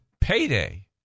payday